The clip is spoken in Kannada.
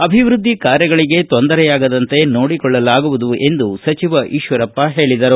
ಅಭಿವೃದ್ದಿ ಕಾರ್ಯಗಳಗೆ ತೊಂದರೆಯಾಗದಂತೆ ನೋಡಿಕೊಳ್ಳಲಾಗುವುದು ಎಂದು ಈಶ್ವರಪ್ಪ ಹೇಳಿದರು